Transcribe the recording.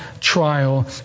trial